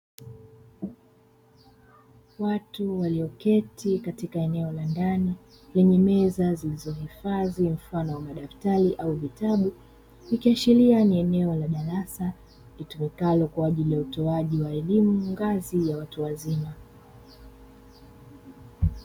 Watu walioketi katika eneo la ndani lenye meza zilizohifadhi mfano wa madftari ama vitabu, ikiashiria ni eneo la darasa litumikalo kwa ajili ya utoaji wa elimu ngazi ya watu wazima.